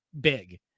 big